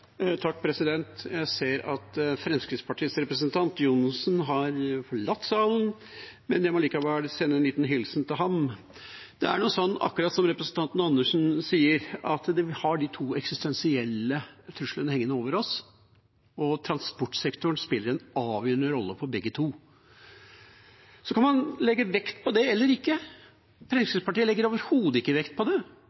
ham. Det er nå sånn, akkurat som representanten Andersen sier, at vi har to eksistensielle trusler hengende over oss, og transportsektoren spiller en avgjørende rolle for begge to. Så kan man legge vekt på det eller ikke.